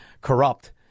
corrupt